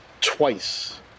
twice